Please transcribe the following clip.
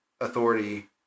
authority